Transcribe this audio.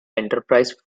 enterprise